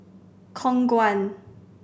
Khong Guan